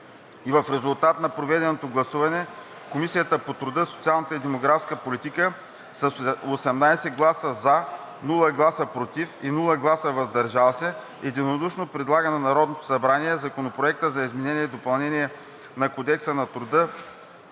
и в резултат на проведеното гласуване Комисията по труда, социалната и демографската политика с 18 гласа „за“, без „против“ и „въздържал се“ единодушно предлага на Народното събрание Законопроекта за изменение и допълнение на Кодекса на труда,